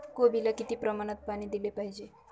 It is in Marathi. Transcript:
कोबीला किती प्रमाणात पाणी दिले पाहिजे?